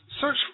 Search